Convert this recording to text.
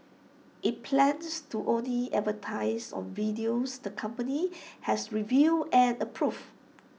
IT plans to only advertise on videos the company has reviewed and approved